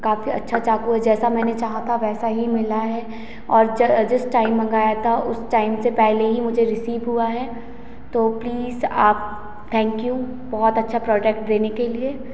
काफ़ी अच्छा चाकू है जैसा मैंने चाहा था वैसा ही मिला है और जिस टाइम मंगाया था उस टाइम से पहले ही मुझे रिसीव हुआ है तो प्लीज आप थैंक यू बहुत अच्छा प्रोडक्ट देने के लिए